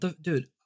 dude